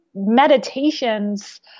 meditations